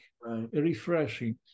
refreshing